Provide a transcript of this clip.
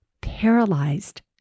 paralyzed